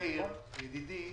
מאיר ידידי,